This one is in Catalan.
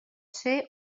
ser